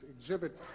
exhibit